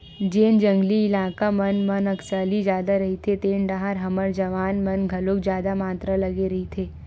जेन जंगली इलाका मन म नक्सली जादा रहिथे तेन डाहर हमर जवान मन घलो जादा मातरा लगे रहिथे